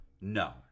No